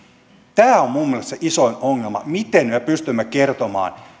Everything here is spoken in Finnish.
tämä on minun mielestäni se isoin ongelma miten me pystymme kertomaan